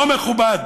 לא מכובד,